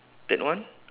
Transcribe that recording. third one